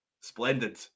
splendid